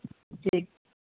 ठीक